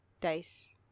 Dice